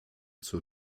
zur